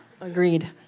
agreed